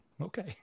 Okay